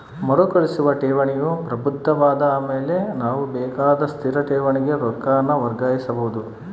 ಮರುಕಳಿಸುವ ಠೇವಣಿಯು ಪ್ರಬುದ್ಧವಾದ ಆಮೇಲೆ ನಾವು ಬೇಕಾರ ಸ್ಥಿರ ಠೇವಣಿಗೆ ರೊಕ್ಕಾನ ವರ್ಗಾಯಿಸಬೋದು